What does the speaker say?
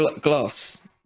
glass